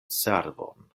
servon